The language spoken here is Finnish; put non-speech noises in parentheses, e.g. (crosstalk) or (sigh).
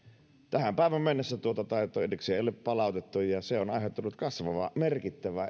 tähän päivään mennessä tuota taittoindeksiä ei ole palautettu ja se on aiheuttanut kasvavaa merkittävää (unintelligible)